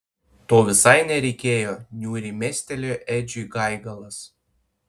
to visai nereikėjo niūriai mestelėjo edžiui gaigalas